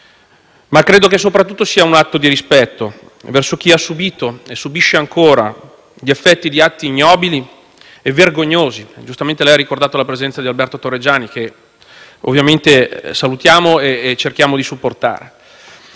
ma credo sia soprattutto un atto di rispetto verso chi ha subito e subisce ancora gli effetti di atti ignobili e vergognosi. Giustamente lei ha ricordato la presenza di Alberto Torregiani, che salutiamo e cerchiamo di supportare.